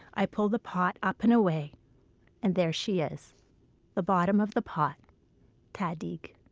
i pull the pot up and away and there she is the bottom of the pot tahdig.